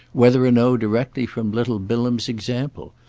whether or no directly from little bilham's example,